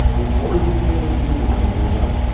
but what was your favourite music when you were young?